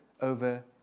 over